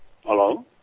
Hello